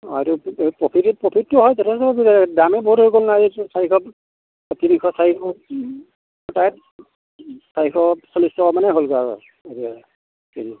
অ এইটো প্ৰফিত প্ৰফিতটো হয় দামী বহুত হৈ গ'ল নহয় এই চাৰিশ তিনিশ চাৰিশ চাৰিশ চল্লিছ টকা মানে হ'লগৈ আৰু